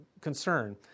concern